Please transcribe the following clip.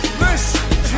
listen